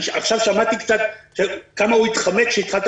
עכשיו שמעתי קצת כמה הוא התחמק כשהתחלת